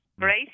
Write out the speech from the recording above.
Great